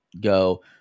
go